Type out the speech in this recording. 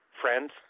friends